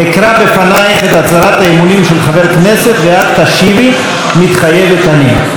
אקרא בפנייך את הצהרת האמונים של חבר כנסת ואת תשיבי: מתחייבת אני.